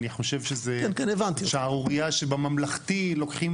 אני חושב שזה שערורייה שבממלכתי לוקחים